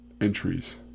entries